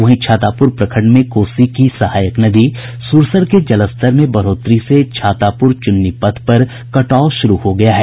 वहीं छातापुर प्रखंड में कोसी की सहायक नदी सुरसर के जलस्तर में बढ़ोतरी से छातापुर चुन्नीपथ पर कटाव शुरू हो गया है